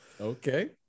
Okay